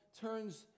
turns